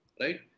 right